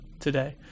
today